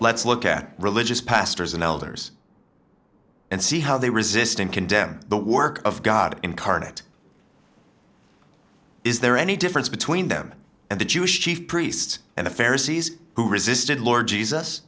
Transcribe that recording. let's look at religious pastors and elders and see how they resist and condemn the work of god incarnate is there any difference between them and the jewish chief priests and the farriss who resisted lord jesus